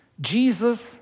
Jesus